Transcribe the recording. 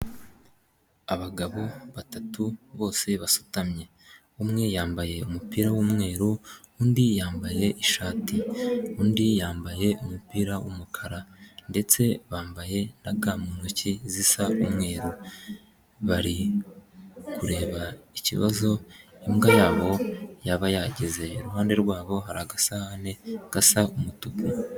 Abagabo batatu bose basutamye umwe yambaye umupira w'umweru, undi yambaye ishati, undi yambaye umupira w'umukara ndetse bambaye ga mu ntoki zisa umweru bari kureba ikibazo imbwa yabo yaba yagize iruhande rwabo hari agasahane gasa umutuku.